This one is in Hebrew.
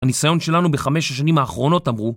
הניסיון שלנו בחמש השנים האחרונות אמרו